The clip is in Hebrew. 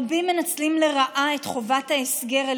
רבים מנצלים לרעה את חובת ההסגר על